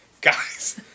guys